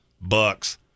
Bucks